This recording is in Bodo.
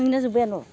नोंनिया जोब्बाय आब'